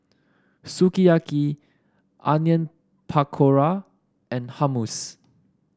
Sukiyaki Onion Pakora and Hummus